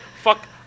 fuck